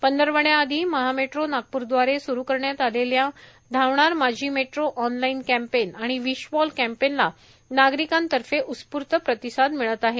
पंधरवड्याआधी Maha metro नागप्रदवारे स्रु करण्यात आलेल्या धावणार माझी मेट्रो ऑनलाईन कॅम्पेन आणि विश वॉल कॅम्पेनला नागरिकांतर्फे उत्स्फूर्त प्रतिसाद मिळत आहे